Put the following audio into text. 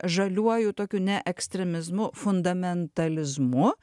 žaliuoju tokiu ne ekstremizmu fundamentalizmu